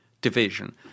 division